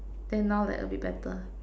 then now like a bit better